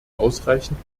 ausreichend